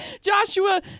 joshua